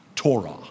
Torah